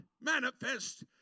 manifest